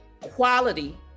quality